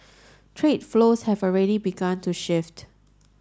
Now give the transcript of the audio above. trade flows have already begun to shift